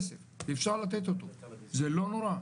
אפשר לתת אותו, זה לא נורא,